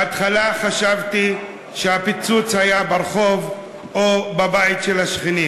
בהתחלה חשבתי שהפיצוץ היה ברחוב או בבית של השכנים,